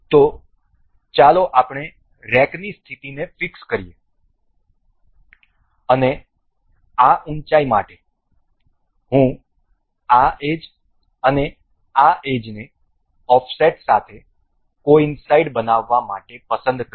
તેથી ચાલો આપણે રેકની સ્થિતિને ફીક્સ કરીએ અને આ ઉંચાઈ માટે હું આ એજ અને આ એજને ઓફસેટ સાથે કોઈનસાઈડ બનાવવા માટે પસંદ કરીશ